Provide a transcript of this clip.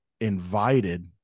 invited